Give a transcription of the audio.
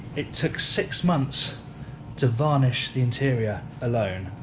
it took six months to varnish the interior alone,